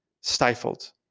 stifled